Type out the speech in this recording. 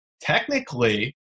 technically